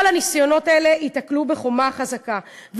כל הניסיונות האלו ייתקלו בחומה חזקה.